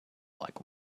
like